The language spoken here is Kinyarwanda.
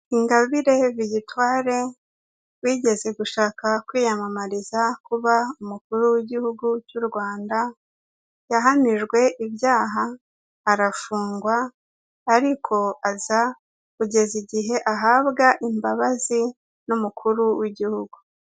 Ingabire Victoire wigeze gushaka kwiyamamariza kuba umukuru w'igihugu cy'u Rwanda, yahamijwe ibyaha arafungwa ariko aza kugeza igihe ahabwa imbabazi n'umukuru w'igihugu.